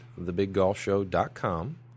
thebiggolfshow.com